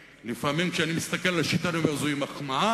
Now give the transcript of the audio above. ולפעמים כשאני מסתכל על השיטה אני אומר שזאת מחמאה,